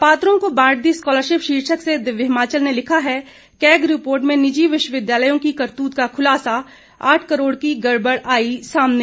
अपार्त्रो को बांट दी स्कॉलरशिप शीर्षक से दिव्य हिमाचल ने लिखा है कैग रिपोर्ट में निजी विश्वविद्यालयों की करतूत का खुलासा आठ करोड़ की गड़बड़ आई सामने